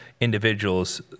individuals